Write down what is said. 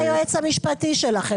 איפה היועץ המשפטי שלכם?